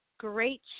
great